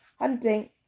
Hunting